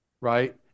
right